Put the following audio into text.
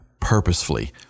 purposefully